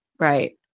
Right